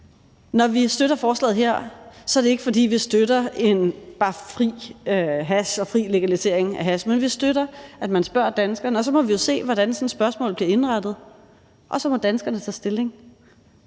Når vi støtter forslaget her, er det ikke, fordi vi bare støtter fri hash, en legalisering af hash, men vi støtter, at man spørger danskerne. Og så må vi jo se, hvordan sådan et spørgsmål kan formuleres, og så må danskerne tage stilling.